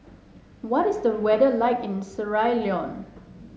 what is the weather like in Sierra Leone